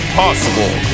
possible